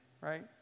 right